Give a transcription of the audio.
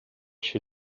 she